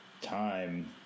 time